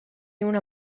una